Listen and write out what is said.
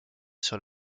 sur